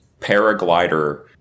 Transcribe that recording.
paraglider